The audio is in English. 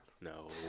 No